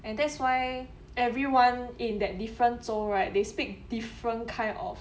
and that's why everyone in that different 州 right they speak different kind of